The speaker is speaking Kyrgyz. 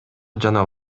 жана